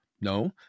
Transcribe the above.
No